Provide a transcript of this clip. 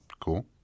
cool